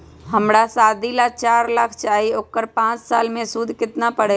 हमरा शादी ला चार लाख चाहि उकर पाँच साल मे सूद कितना परेला?